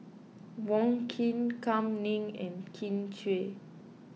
Wong Keen Kam Ning and Kin Chui